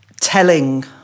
telling